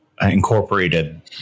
incorporated